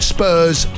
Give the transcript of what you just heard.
Spurs